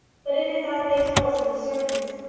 but it is as they tell us in the sermons.